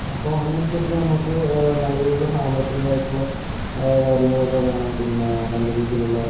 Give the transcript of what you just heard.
അപ്പോൾ അതിനനുസരിച്ച് നമുക്ക് നല്ലരീതിലുള്ള സാമ്പത്തീകായിട്ടുള്ള കാര്യങ്ങളൊക്കെ വേണം പിന്നെ നല്ല രീതിലുള്ള